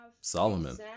Solomon